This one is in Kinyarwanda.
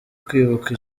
kwibuka